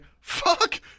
fuck